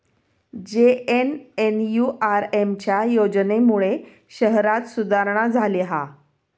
JNNURM च्या योजनेमुळे शहरांत सुधारणा झाली हा